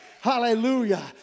Hallelujah